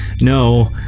No